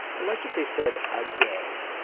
i like that they said a gay,